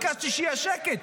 ביקשתי שיהיה שקט.